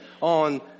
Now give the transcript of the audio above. on